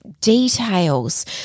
details